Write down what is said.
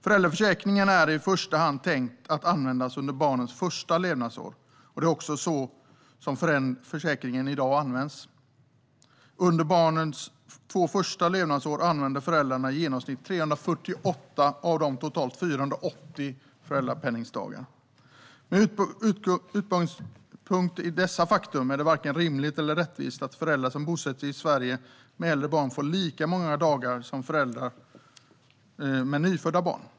Föräldraförsäkringen är i första hand tänkt att användas under barnens första levnadsår, och det är också så som försäkringen används i dag. Under barnens två första levnadsår använder föräldrarna i genomsnitt 348 av de totalt 480 föräldrapenningdagarna. Med utgångspunkt i dessa faktum är det varken rimligt eller rättvist att föräldrar som bosätter sig i Sverige med äldre barn får lika många dagar med föräldrapenning som föräldrar med nyfödda barn.